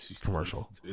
commercial